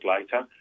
later